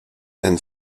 and